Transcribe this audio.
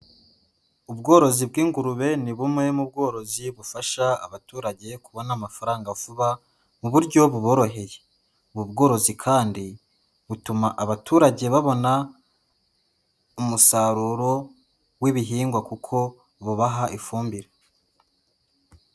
Ubworozi bw'ingurube ni bumwe mu bworozi bufasha abaturage kubona amafaranga vuba mu buryo buboroheye, ubu bworozi kandi butuma abaturage babona umusaruro w'ibihingwa kuko bubaha ifumbire.